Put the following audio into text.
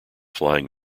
flying